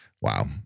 wow